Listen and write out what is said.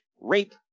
rape